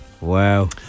Wow